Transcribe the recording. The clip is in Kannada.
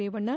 ರೇವಣ್ಣ